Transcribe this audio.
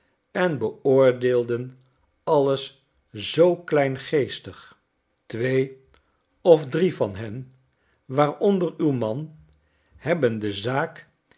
en beoordeelden alles zoo kleingeestig twee of drie van hen waaronder uw man hebben de zaak